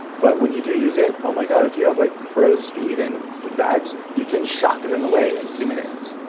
but when you do use it, oh my god, if you have like crows feet and bags, you can shock them away in two minutes.